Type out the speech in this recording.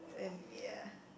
and yeah